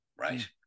Right